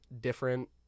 different